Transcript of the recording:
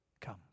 Come